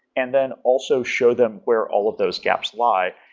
and then also show them where all of those gaps lie.